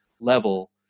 level